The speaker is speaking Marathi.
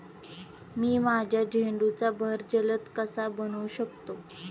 मी माझ्या झेंडूचा बहर जलद कसा बनवू शकतो?